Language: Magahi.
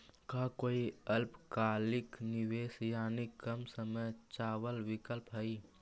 का कोई अल्पकालिक निवेश यानी कम समय चावल विकल्प हई?